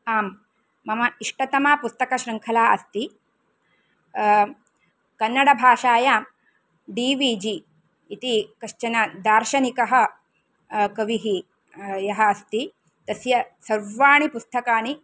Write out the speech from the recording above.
आं मम इष्टतमा पुस्तकशृङ्खला अस्ति कन्नडभाषायां डी वी जी इति कश्चन दार्शनिकः कविः यः अस्ति तस्य सर्वाणि पुस्तकानि